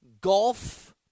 golf